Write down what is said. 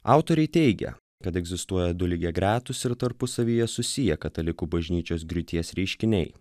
autoriai teigia kad egzistuoja du lygiagretūs ir tarpusavyje susiję katalikų bažnyčios griūties reiškiniai